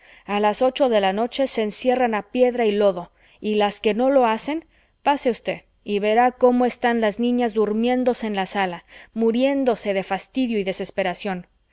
a las ocho de la noche se encierran a piedra y lodo y las que no lo hacen pase usted y verá cómo están las niñas durmiéndose en la sala muriéndose de fastidio y desesperación